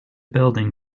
building